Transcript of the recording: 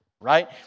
right